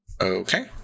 Okay